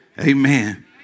Amen